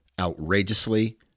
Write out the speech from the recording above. outrageously